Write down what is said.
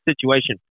situation